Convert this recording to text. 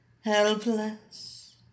Helpless